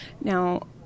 Now